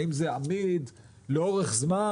האם זה עמיד לאורך זמן?